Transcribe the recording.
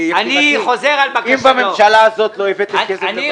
--- אם בממשלה הזאת לא הבאתם כסף לבתי הדין --- אתה צודק.